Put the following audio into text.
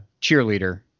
cheerleader